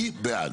מי בעד?